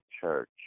church